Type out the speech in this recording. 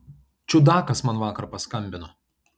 čiudakas man vakar paskambino